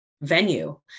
venue